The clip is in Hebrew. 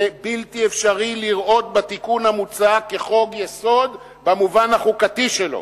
ובלתי אפשרי לראות בתיקון המוצע חוק-יסוד במובן החוקתי שלו.